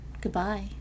Goodbye